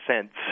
cents